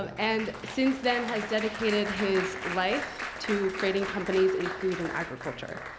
um and since then, has dedicated his life to creating companies in food and agriculture.